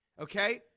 okay